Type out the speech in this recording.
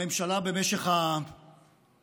הממשלה, במשך השנים